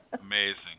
Amazing